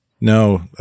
No